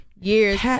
years